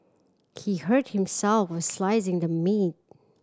he hurt himself while slicing the meat